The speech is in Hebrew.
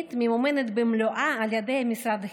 התוכנית ממומנת במלואה על ידי משרד החינוך.